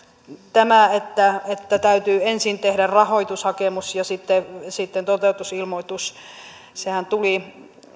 tämä että että täytyy ensin tehdä rahoitushakemus ja sitten sitten toteutusilmoitus sehän tuli